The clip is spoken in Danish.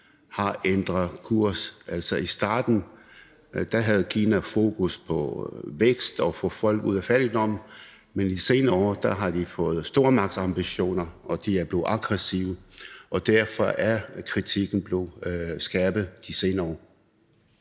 har ændret kurs. Altså, i starten havde Kina fokus på vækst og på at få folk ud af fattigdom, men i de senere år har de fået stormagtsambitioner og er blevet aggressive. Og derfor er kritikken blevet skærpet de senere år.